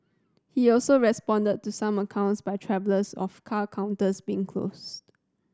he also responded to some accounts by travellers of car counters being closed